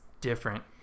different